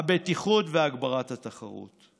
הבטיחות והגברת התחרות.